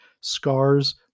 scars